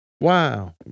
Wow